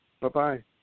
Bye-bye